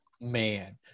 Man